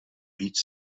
víc